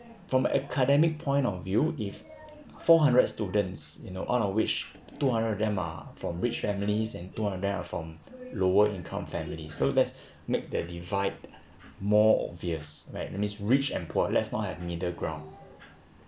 from academic point of view if four hundred students you know all of which two hundred of them are from rich families and two hundred are from lower income families so let's make that divide more obvious right that means rich and poor let's not have middle ground